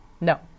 No